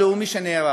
למוסד הלאומי שנהרס.